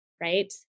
right